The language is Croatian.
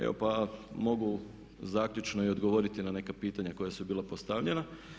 Evo pa mogu zaključno i odgovoriti na neka pitanja koja su bila postavljena.